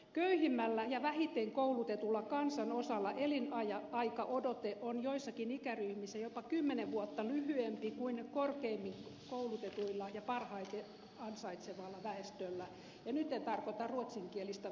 köyhimmällä ja vähiten koulutetulla kansanosalla elinaikaodote on joissakin ikäryhmissä jopa kymmenen vuotta lyhyempi kuin korkeimmin koulutetulla ja parhaiten ansaitsevalla väestöllä ja nyt en tarkoita ruotsinkielistä vähemmistöä